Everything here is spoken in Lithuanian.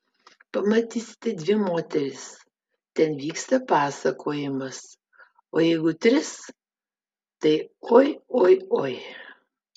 pamatysite dvi moteris ten vyksta pasakojimas o jeigu tris tai oi oi oi